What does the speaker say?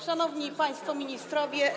Szanowni Państwo Ministrowie!